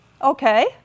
Okay